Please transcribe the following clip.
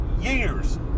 years